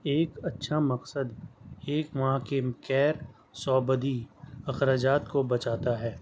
ایک اچھا مقصد ایک ماہ کے غیر صوبدی اخراجات کو بچاتا ہے